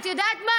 את יודעת מה,